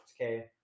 Okay